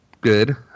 Good